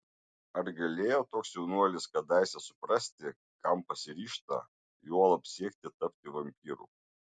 ar galėjo toks jaunuolis kadaise suprasti kam pasiryžta juolab siekti tapti vampyru